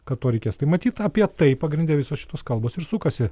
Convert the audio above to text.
kad to reikės tai matyt apie tai pagrinde visos šitos kalbos ir sukasi